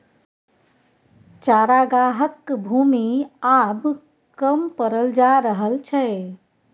चरागाहक भूमि आब कम पड़ल जा रहल छै